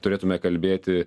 turėtume kalbėti